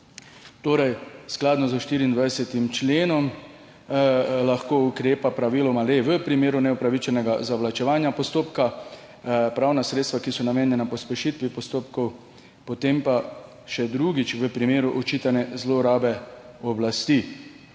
Skladno s 24. členom lahko ukrepa praviloma le v primeru neupravičenega zavlačevanja postopka, pravna sredstva, ki so namenjena pospešitvi postopkov, potem pa še drugič v primeru očitane zlorabe oblasti.